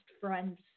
friends